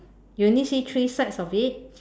you only see three sides of it